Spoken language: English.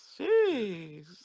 Jeez